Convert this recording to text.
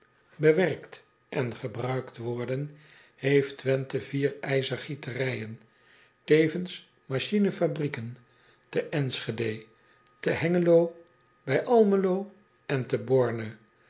bewerkt en gebruikt worden heeft wenthe vier ijzergieterijen tevens machinefabrieken te nschede te engelo bij lmelo en te orne